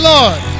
Lord